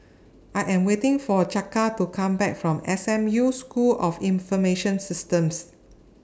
I Am waiting For Chaka to Come Back from S M U School of Information Systems